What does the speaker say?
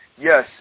yes